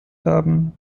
haben